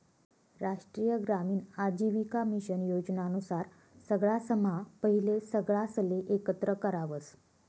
राष्ट्रीय ग्रामीण आजीविका मिशन योजना नुसार सगळासम्हा पहिले सगळासले एकत्र करावस